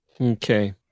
Okay